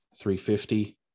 350